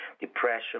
depression